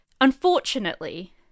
unfortunately